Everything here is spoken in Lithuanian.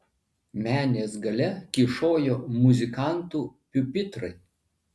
menės gale kyšojo muzikantų piupitrai